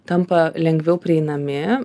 tampa lengviau prieinami